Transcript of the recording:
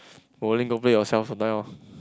bowling don't play yourself for now